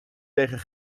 tegen